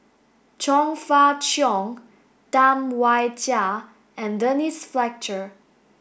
Chong Fah Cheong Tam Wai Jia and Denise Fletcher